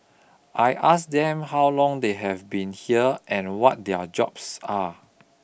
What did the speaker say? I asked them how long they have been here and what their jobs are